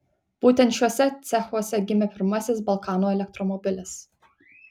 būtent šiuose cechuose gimė pirmasis balkanų elektromobilis